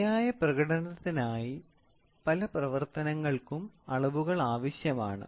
ശരിയായ പ്രകടനത്തിനായി പല പ്രവർത്തനങ്ങൾക്കും അളവുകൾ ആവശ്യമാണ്